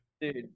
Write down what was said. Dude